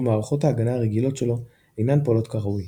מערכות ההגנה הרגילות שלו אינן פועלות כראוי.